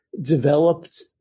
developed